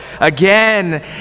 again